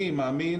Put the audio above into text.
אני מאמין,